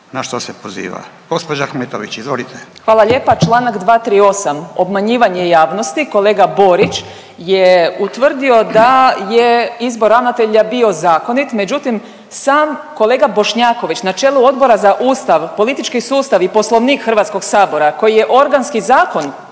na što se poziva. Gospođa Ahmetović izvolite. **Ahmetović, Mirela (SDP)** Hvala lijepo. Čl. 238. obmanjivanje javnosti. Kolega Borić je utvrdio da je izbor ravnatelja bio zakonit međutim sam kolega Bošnjaković na čelu Odbora za Ustav, politički sustav i Poslovnik Hrvatskog sabora, koji je organski zakon